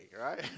right